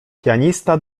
pianista